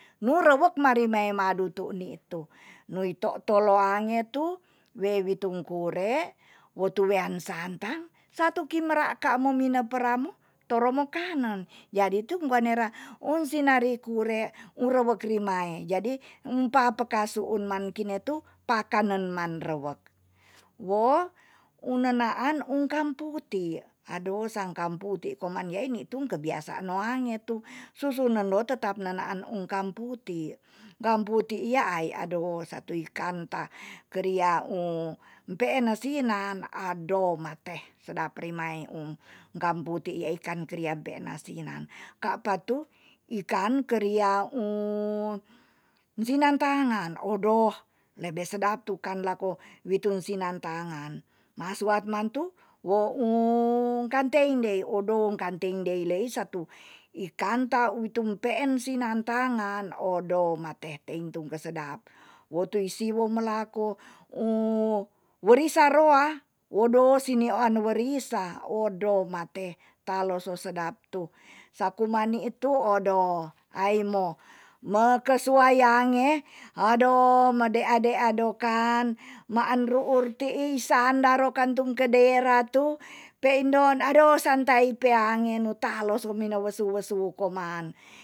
Nu rewek mari mai madu tu ni tu. nui tok tok loange tu we witu kore wotu wean santang satu kimera ka mo mina pera mu toro mo kanen jadi tu kwa nera um sinari kure u rewek krimae. jadi empa pa kesuun man kine tu pakanan rewek. wo une naan um kan putik, ado san ka putik koman yei ni tum kebiasaan wange tu susunendo tetap nenaan um kan putik. kan putik yaai ado satui kan ta keri peen nesinan ado mateh sedap remai um kan putik ei kan keria peen asinan. ka pa tu ikan keri sinan tangan odo lebe sedap tu kan lako witun sinan tangan. masuap nantu wo kan teindei odo kan teindei lei satu ikanta itum peen sinan tangan odo mateh tein tu kesedap. woi tu siwon melako werisa roa wodo si`an werisa odo mateh talo so sedap tu sako mani itu odo aimo mekesuayange adoh medea dea ado kan maan ruur ti'i sandar rokan tung kadera tu pe eindon santai peangen nu talos we wina wesu wesu koman